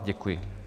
Děkuji.